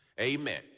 Amen